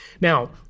Now